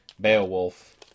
Beowulf